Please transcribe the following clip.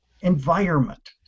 environment